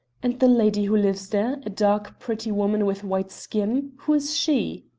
and the lady who lives there, a dark pretty woman with white skin, who is she?